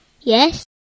Yes